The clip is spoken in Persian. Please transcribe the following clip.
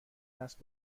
نسل